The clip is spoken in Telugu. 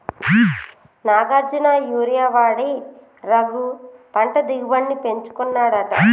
నాగార్జున యూరియా వాడి రఘు పంట దిగుబడిని పెంచుకున్నాడట